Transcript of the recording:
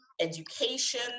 education